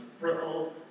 brittle